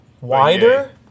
Wider